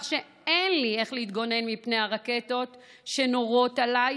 שאין לי איך להתגונן מפני הרקטות שנורות עליי,